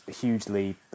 hugely